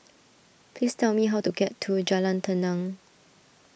please tell me how to get to Jalan Tenang